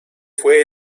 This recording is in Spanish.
fue